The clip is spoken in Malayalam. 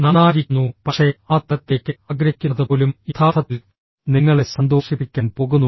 നന്നായിരിക്കുന്നു പക്ഷേ ആ തലത്തിലേക്ക് ആഗ്രഹിക്കുന്നത് പോലും യഥാർത്ഥത്തിൽ നിങ്ങളെ സന്തോഷിപ്പിക്കാൻ പോകുന്നു